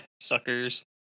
Suckers